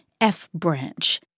F-Branch